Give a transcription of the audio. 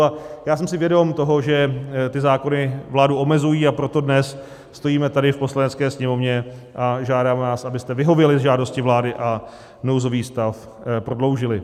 A já jsem si vědom toho, že ty zákony vládu omezují, a proto dnes stojíme tady v Poslanecké sněmovně a žádáme vás, abyste vyhověli žádosti vlády a nouzový stav prodloužili.